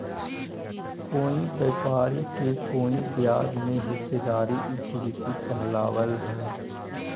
कोई व्यापारी के कोई ब्याज में हिस्सेदारी इक्विटी कहलाव हई